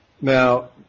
Now